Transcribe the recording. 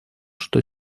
что